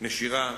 נשירה,